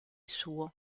suo